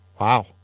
Wow